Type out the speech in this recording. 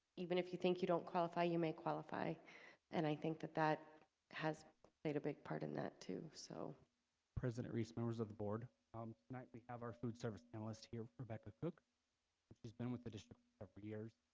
even if you think you don't qualify you may qualify and i think that that has played a big part in that too. so president reese members of the board um we have our food service analyst here rebecca cook she's been with the district ah for years.